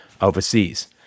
overseas